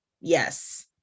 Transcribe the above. Yes